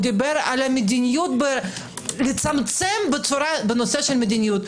הוא דיבר לצמצם בנושא מדיניות.